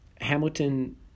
Hamilton